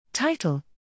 Title